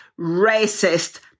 racist